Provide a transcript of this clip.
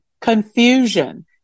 confusion